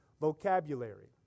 vocabulary